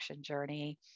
journey